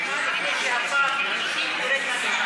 אי-אפשר לסגור את הרשימה לפני שהשר המשיב יורד מהדוכן.